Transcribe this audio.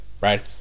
Right